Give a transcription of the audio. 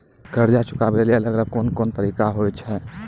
कर्जा चुकाबै लेली अलग अलग कोन कोन तरिका होय छै?